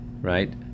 right